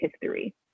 history